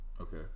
Okay